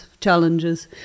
challenges